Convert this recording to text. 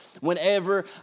whenever